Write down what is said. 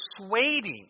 persuading